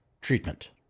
treatment